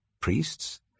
priests